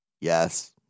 yes